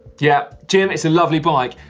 yeah jim, it's a lovely bike,